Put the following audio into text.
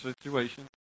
situation